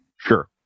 Sure